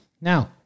Now